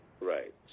Right